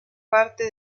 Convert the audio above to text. parte